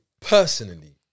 Personally